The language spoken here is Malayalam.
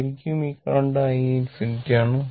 ശരിക്കും ഈ കരണ്ട് i ∞ ആണ്